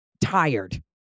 tired